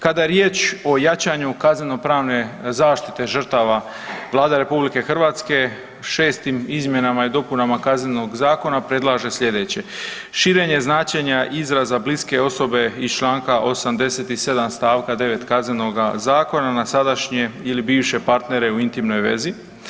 Kada je riječ o jačanju kaznenopravne zaštite žrtava Vlada RH 6. izmjenama i dopunama Kaznenog zakona predlaže sljedeće, širenje značenja izraza bliske osobe iz čl. 87 st. 9 Kaznenoga zakona na sadašnje ili bivše partnere u intimnoj vezi.